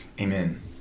amen